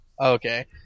Okay